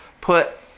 put